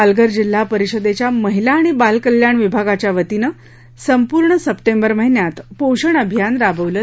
पालघर जिल्हा परिषदेच्या महिला आणि बाल कल्याण विभागाच्या वतीनं संपूर्ण सप्टेंबर महिन्यात पोषण अभियान राबवलं जात आहे